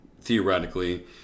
theoretically